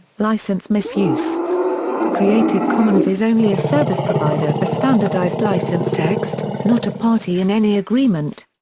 license misuse creative commons is only a service provider for standardized license text, not a party in any agreement.